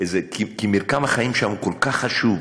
כי מרקם החיים שם הוא כל כך חשוב,